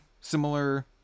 similar